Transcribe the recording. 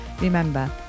Remember